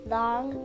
long